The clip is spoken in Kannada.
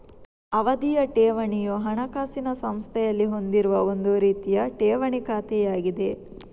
ಅವಧಿಯ ಠೇವಣಿಯು ಹಣಕಾಸಿನ ಸಂಸ್ಥೆಯಲ್ಲಿ ಹೊಂದಿರುವ ಒಂದು ರೀತಿಯ ಠೇವಣಿ ಖಾತೆಯಾಗಿದೆ